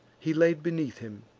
he laid beneath him,